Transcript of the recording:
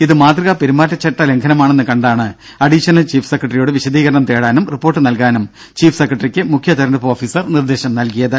ഇത് മാതൃകാ പെരുമാറ്റച്ചട്ട ലംഘനമാണെന്ന് കണ്ടാണ് അഡീഷണൽ ചീഫ് സെക്രട്ടറിയോട് വിശദീകരണം തേടാനും റിപ്പോർട്ട് നൽകാനും ചീഫ് സെക്രട്ടറിക്ക് മുഖ്യ തെരഞ്ഞെടുപ്പ് ഓഫീസർ നിർദ്ദേശം നൽകിയത്